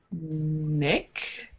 Nick